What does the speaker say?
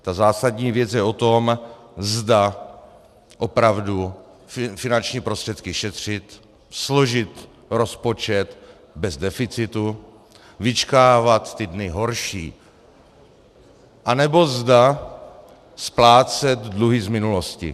Ta zásadní věc je o tom, zda opravdu finanční prostředky šetřit, složit rozpočet bez deficitu, vyčkávat ty dny horší, anebo zda splácet dluhy z minulosti.